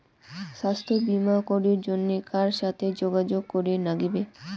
স্বাস্থ্য বিমা করির জন্যে কার সাথে যোগাযোগ করির নাগিবে?